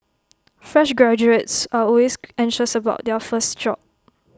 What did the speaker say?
fresh graduates are always anxious about their first job